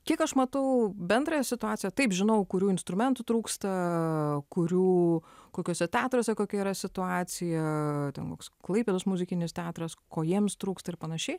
kiek aš matau bendrąją situaciją taip žinau kurių instrumentų trūksta kurių kokiuose teatruose kokia yra situacija ten koks klaipėdos muzikinis teatras ko jiems trūksta ir panašiai